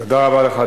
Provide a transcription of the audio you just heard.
תודה רבה לך.